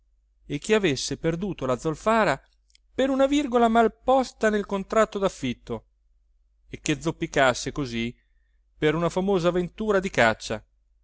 e che avesse perduto la zolfara per una virgola mal posta nel contratto daffitto e che zoppicasse così per una famosa avventura di caccia